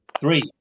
three